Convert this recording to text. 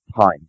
time